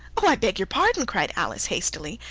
oh, i beg your pardon cried alice hastily,